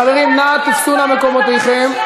חברים, נא תפסו מקומותיכם.